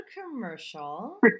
commercial